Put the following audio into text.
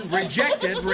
rejected